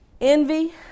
Envy